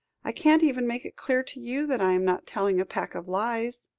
i can't even make it clear to you, that i am not telling a pack of lies.